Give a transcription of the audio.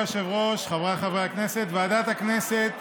אדוני היושב-ראש, חבריי חברי הכנסת, ועדת הכנסת